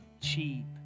cheap